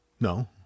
No